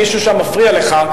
אם מישהו שם מפריע לך,